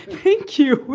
thank you.